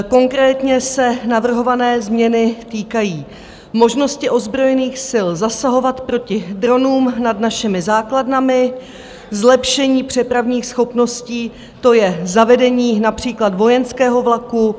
Konkrétně se navrhované změny týkají možnosti ozbrojených sil zasahovat proti dronům nad našimi základnami, zlepšení přepravních schopností, to je zavedení například vojenského vlaku.